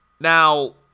Now